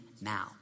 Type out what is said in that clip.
now